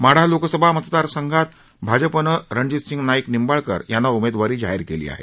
माढा लोकसभा मतदारसंघात भाजपनं रणजीत सिंह नाईक निंबाळकर यांना उमेदवारी जाहीर केली आहे